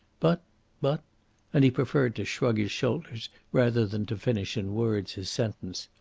but but and he preferred to shrug his shoulders rather than to finish in words his sentence.